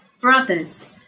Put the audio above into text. brothers